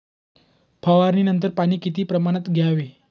फवारणीनंतर पाणी किती प्रमाणात द्यावे?